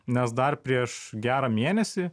nes dar prieš gerą mėnesį